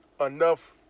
enough